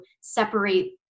separate